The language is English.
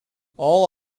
all